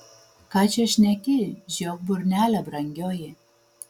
ką čia šneki žiok burnelę brangioji